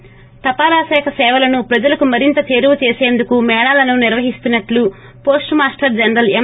ి తపాలా శాఖి సేవలను ప్రజలకు మరింత చేరువ చేసేందుకు మేళాలను నిర్వహిస్తున్నట్లు పోస్టు మాస్టర్ జనరల్ ఎం